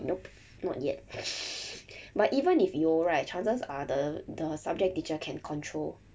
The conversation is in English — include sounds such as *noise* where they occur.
nope not yet *laughs* but even if 有 right chances are the the subject teacher can control